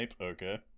okay